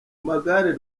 magare